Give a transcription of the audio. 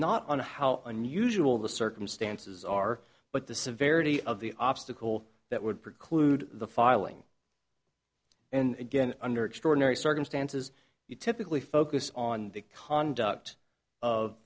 not on how unusual the circumstances are but the severity of the obstacle that would preclude the filing and again under extraordinary circumstances you typically focus on the conduct of